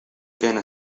كان